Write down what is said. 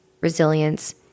resilience